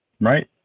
Right